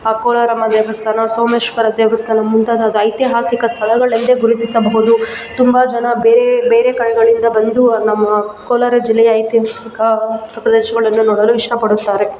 ಕೊಲಾರಮ್ಮ ದೇವಸ್ಥಾನ ಸೋಮೇಶ್ವರ ದೇವಸ್ಥಾನ ಮುಂತಾದ ಐತಿಹಾಸಿಕ ಸ್ಥಳಗಳೆಂದೇ ಗುರುತಿಸಬಹುದು ತುಂಬ ಜನ ಬೇರೆ ಬೇರೆ ಕಡೆಗಳಿಂದ ಬಂದು ನಮ್ಮ ಕೋಲಾರ ಜಿಲ್ಲೆಯ ಐತಿಹಾಸಿಕ ಪ್ರದೇಶಗಳನ್ನು ನೋಡಲು ಇಷ್ಟಪಡುತ್ತಾರೆ